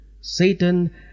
Satan